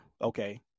okay